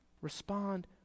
respond